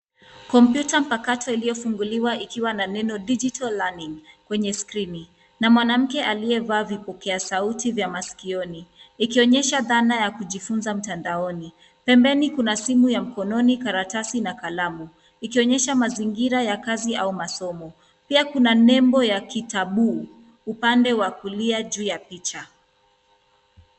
Kompyuta mpakato iliyo funguliwa ikiwa na neno digital learning kwenye skrini, na mwanamke aliyevaa vipokea sauti vya maskioni. Ikionyesha dhana ya kujifunza mtandaoni. Pembeni kuna simu ya mkononi, karatasi na kalamu, ikionyesha mazingira ya kazi au masomo. Pia kuna nembo ya Kitaboo upande wa kulia juu ya picha.